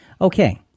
Okay